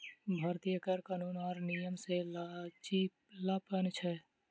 भारतीय कर कानून आर नियम मे लचीलापन छै